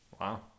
Wow